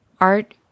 Art